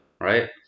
right